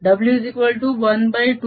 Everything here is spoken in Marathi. W120dr B